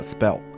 Spell 》 ，